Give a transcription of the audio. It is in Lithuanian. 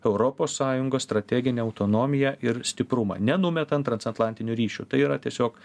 europos sąjungos strateginę autonomiją ir stiprumą nenumetant transatlantinių ryšių tai yra tiesiog